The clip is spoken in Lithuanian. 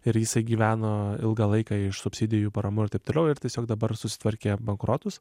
ir jisai gyveno ilgą laiką iš subsidijų paramų ir taip toliau ir tiesiog dabar susitvarkė bankrotus